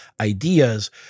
ideas